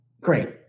Great